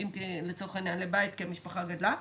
אז פה לצורך העניין לבית כי המשפחה גדולה,